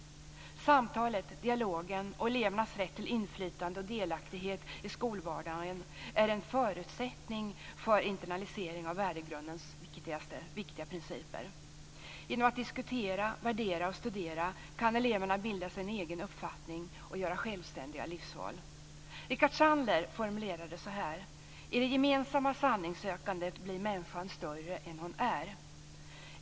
Samtalet, dialogen och elevernas rätt till inflytande och delaktighet i skolvardagen är en förutsättning för internalisering av värdegrundens viktigaste principer. Genom att diskutera, värdera och studera kan eleverna bilda sig en egen uppfattning och göra självständiga livsval. Rickard Sandler formulerade det så här: "I det gemensamma sanningssökandet blir människan större än hon är."